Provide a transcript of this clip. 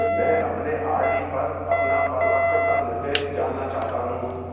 मैं अपने आर.डी पर अपना परिपक्वता निर्देश जानना चाहता हूं